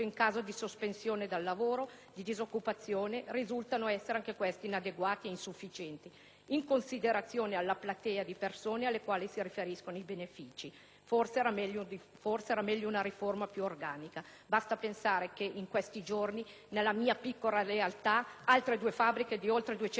di disoccupazione risultano essere inadeguati e insufficienti rispetto alla platea di persone alle quali si riferiscono i benefici. Forse sarebbe stato meglio adottare una riforma più organica. Basti pensare che in questi giorni nella mia piccola realtà altre due fabbriche con oltre 200 dipendenti chiuderanno i battenti.